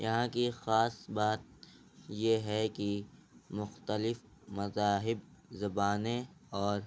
یہاں کی خاص بات یہ ہے کہ مختلف مذاہب زبانیں اور